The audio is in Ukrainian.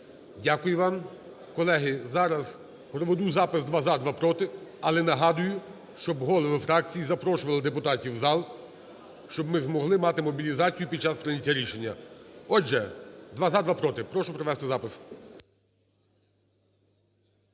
Дякую вам. Колеги, зараз проведу запис: два – за, два – проти. Але нагадую, щоб голови фракцій запрошували депутатів в зал, щоб ми змогли мати мобілізацію під час прийняття рішення. Отже, два – за, два – проти. Прошу провести запис.